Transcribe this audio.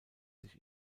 sich